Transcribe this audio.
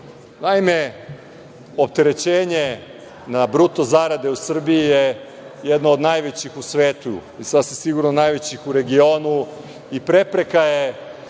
Naime, opterećenje na bruto zarade u Srbiji je jedna od najvećih u svetu i sasvim sigurno najvećih u regionu i prepreka je